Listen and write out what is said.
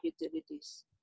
utilities